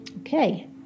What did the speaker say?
Okay